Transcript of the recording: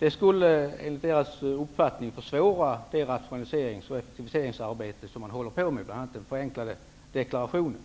Det skulle enligt deras uppfattning försvåra det rationaliserings och effektiviseringsarbete som man håller på med, bl.a. för att förenkla deklarationen.